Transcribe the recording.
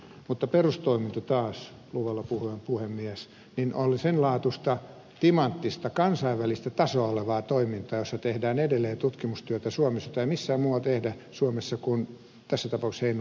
mutta perustoiminto taas luvalla puhuen puhemies oli sen laatuista timanttista kansainvälistä tasoa olevaa toimintaa jossa tehdään edelleen tutkimustyötä suomessa jota ei missään muualla tehdä suomessa kuin tässä tapauksessa heinolan reumalla